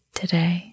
today